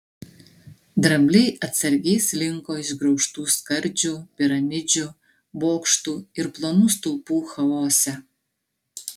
drambliai atsargiai slinko išgraužtų skardžių piramidžių bokštų ir plonų stulpų chaose